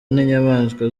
n’inyamaswa